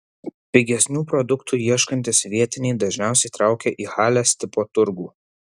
pigesnių produktų ieškantys vietiniai dažniausiai traukia į halės tipo turgų